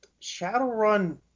Shadowrun